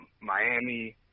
Miami